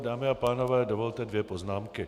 Dámy a pánové, dovolte dvě poznámky.